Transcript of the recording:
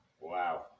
Wow